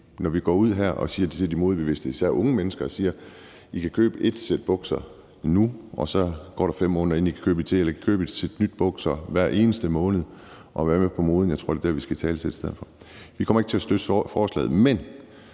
skal gå ud her og sige til de modebevidste, især unge mennesker, at de kan købe ét sæt bukser nu, og så går der 5 måneder, inden de kan købe et til, i stedet for at de kan købe et nyt sæt bukser hver eneste måned og være med på moden. Jeg tror, det er det, vi skal italesætte i stedet for. Vi kommer ikke til at støtte forslaget, men